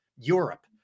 Europe